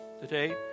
today